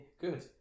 good